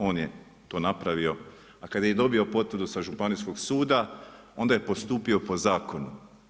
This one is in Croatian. On je to napravio, a kad je i dobio potvrdu sa županijskog suda, onda je postupio po zakonu.